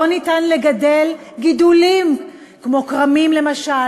לא ניתן לגדל גידולים כמו כרמים למשל,